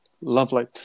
Lovely